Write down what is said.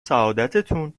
سعادتتون